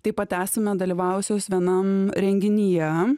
taip pat esame dalyvavusios vienam renginyje